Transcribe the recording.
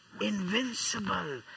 Invincible